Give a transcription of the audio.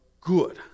good